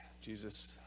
Jesus